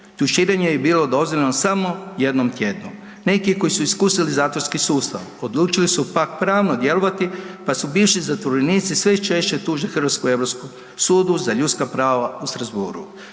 Tuširanje je bilo dozvoljeno samo jednom tjedno. Neki koji su iskusili zatvorski sustav odlučili su pak pravno djelovati pa se bivši zatvorenici sve češće tuže Hrvatsku Europskom sudu za ljudska prava u Strasbourgu.